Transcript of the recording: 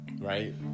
right